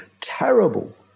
terrible